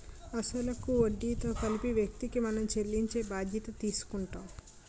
అసలు కు వడ్డీతో కలిపి వ్యక్తికి మనం చెల్లించే బాధ్యత తీసుకుంటాం